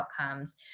outcomes